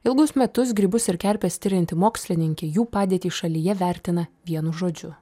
ilgus metus grybus ir kerpes tirianti mokslininkė jų padėtį šalyje vertina vienu žodžiu